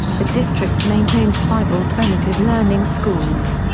the district maintains five alternative learning schools.